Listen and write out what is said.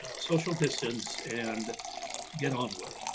social distance. and get onward.